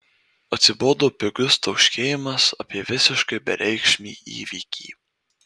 atsibodo pigus tauškėjimas apie visiškai bereikšmį įvykį